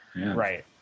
Right